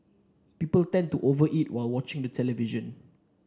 people tend to over eat while watching the television